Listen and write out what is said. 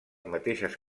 mateixes